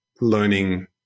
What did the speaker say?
learning